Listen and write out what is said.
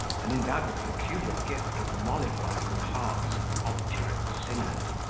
and endowed with a peculiar gift of mollifying the hearts of obdurate sinners.